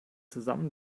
zusammen